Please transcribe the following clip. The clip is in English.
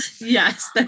Yes